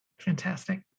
Fantastic